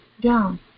Down